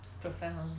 Profound